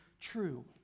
true